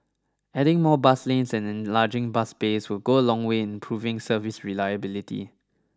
adding more bus lanes and enlarging bus bays will go a long way in improving service reliability